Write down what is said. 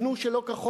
פרטית.